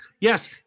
yes